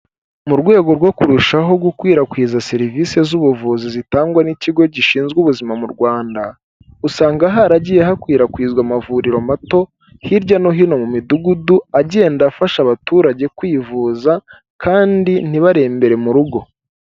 Mu rwego rwo kurushaho gukwirakwiza serivisi z'ubuvuzi zitangwa n'ikigo gishinzwe ubuzima mu rwanda, usanga haragiye hakwirakwizwa amavuriro mato hirya no hino mu midugudu agenda afasha abaturage kwivuza kandi ntibarebere mu rugo.